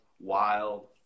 wild